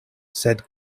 sed